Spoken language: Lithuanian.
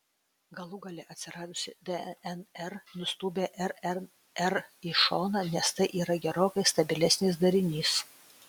galų gale atsiradusi dnr nustūmė rnr į šoną nes tai yra gerokai stabilesnis darinys